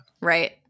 Right